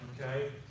Okay